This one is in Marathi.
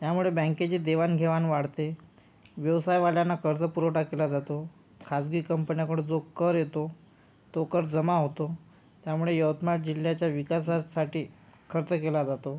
त्यामुळे बँकेचे देवाणघेवाण वाढते व्यवसायवाल्यांना कर्ज पुरवठा केला जातो खाजगी कंपन्याकडून जो कर येतो तो कर जमा होतो त्यामुळे यवतमाळ जिल्ह्याचा विकासाचसाठी खर्च केला जातो